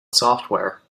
software